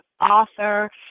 author